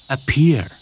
Appear